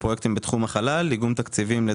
הסעיף הבא בסדר היום: שינויים בתקציב לשנת